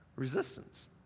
resistance